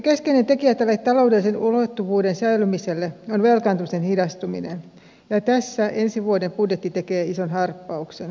keskeinen tekijä tälle taloudellisen luotettavuuden säilymiselle on velkaantumisen hidastuminen ja tässä ensi vuoden budjetti tekee ison harppauksen